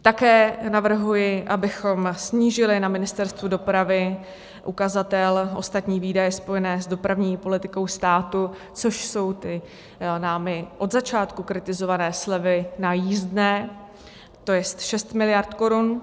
Také navrhuji, abychom snížili na Ministerstvu dopravy ukazatel ostatní výdaje spojené s dopravní politikou státu, což jsou ty námi od začátku kritizované slevy na jízdné, tj. 6 mld. korun.